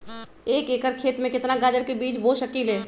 एक एकर खेत में केतना गाजर के बीज बो सकीं ले?